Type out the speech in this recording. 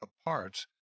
apart